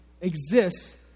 exists